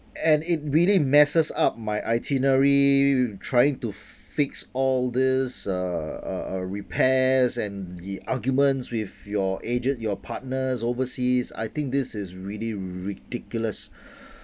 and it really messes up my itinerary trying to fix all this uh uh uh repairs and the arguments with your agent your partners overseas I think this is really ridiculous